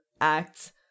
acts